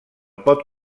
pot